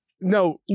no